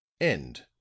end